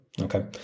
Okay